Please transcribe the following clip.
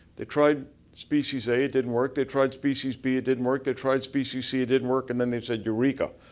they tried species a, it didn't work. they tried species b, it didn't work. they tried species c, it didn't work and then they said, eureka!